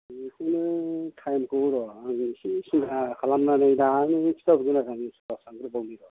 बेखौनो टाइम खौ र' आङो इसे सिन्था खालामनानै दा खिन्था हरगोन र' आङो सानग्रोबावनि र'